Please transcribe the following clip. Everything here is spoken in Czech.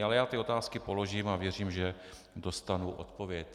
Ale já ty otázky položím a věřím, že dostanu odpověď.